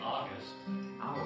August